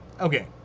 Okay